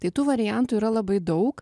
tai tų variantų yra labai daug